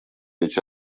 эти